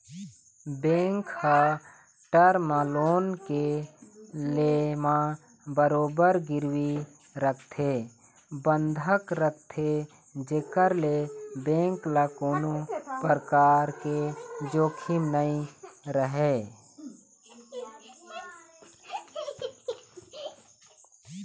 bank ह term loan के ले म बरोबर गिरवी रखथे बंधक रखथे जेखर ले बेंक ल कोनो परकार के जोखिम नइ रहय